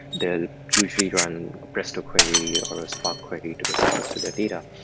they'll usually run a presto query or a spark query to get access to their data.